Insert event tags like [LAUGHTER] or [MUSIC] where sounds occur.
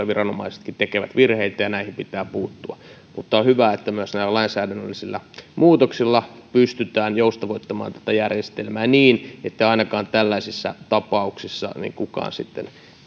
[UNINTELLIGIBLE] viranomaisetkin tekevät virheitä ja näihin pitää puuttua mutta on hyvä että myös näillä lainsäädännöllisillä muutoksilla pystytään joustavoittamaan tätä järjestelmää niin ettei ainakaan tällaisissa tapauksissa kukaan sitten